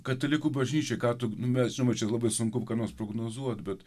katalikų bažnyčioj ką tu nu bet žinoma čia labai sunku ką nors prognozuot bet